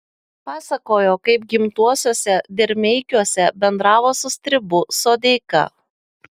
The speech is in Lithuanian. pasakojo kaip gimtuosiuose dirmeikiuose bendravo su stribu sodeika